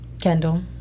Kendall